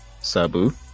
Sabu